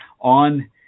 on